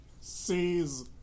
sees